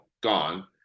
gone